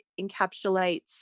encapsulates